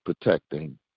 protecting